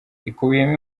ikubiyemo